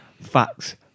facts